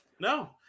No